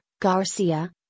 Garcia